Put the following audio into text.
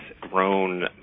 grown